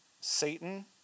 Satan